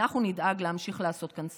אנחנו נדאג להמשיך לעשות כאן סדר.